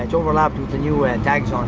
and overlapped with the new and tags um